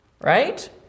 right